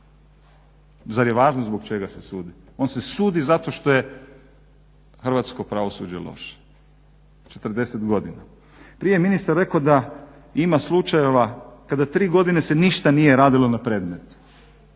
Zar je važno zbog čega se sudi, on se sudi zato što je hrvatsko pravosuđe loše, 40 godina. Prije je ministar rekao da ima slučajeva kada tri godine se ništa nije radilo na predmetu.